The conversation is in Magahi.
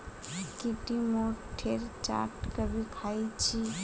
की टी मोठेर चाट कभी ख़या छि